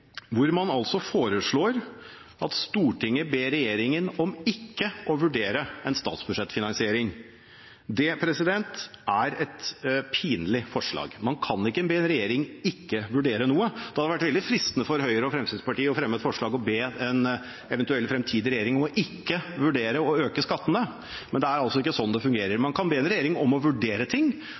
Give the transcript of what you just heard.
hvor man altså foreslår: «Stortinget ber regjeringen om ikke å vurdere statsbudsjettfinansiering av NRK.» Det er et pinlig forslag. Man kan ikke be en regjering ikke vurdere noe. Det hadde vært veldig fristende for Høyre og Fremskrittspartiet å fremme et forslag hvor man ber en eventuell fremtidig regjering om ikke å vurdere å øke skattene, men det er ikke slik det fungerer. Man kan be en regjering om å vurdere ting,